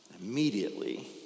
Immediately